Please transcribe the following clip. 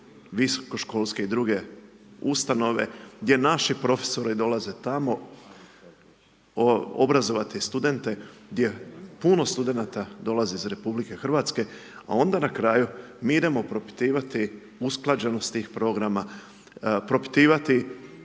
visokoškolske i druge ustanove gdje naši profesori dolaze tamo obrazovati studente gdje puno studenata dolazi iz RH, a onda na kraju mi idemo propitivati usklađenosti tih programa, propitivati